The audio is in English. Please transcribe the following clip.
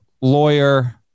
Lawyer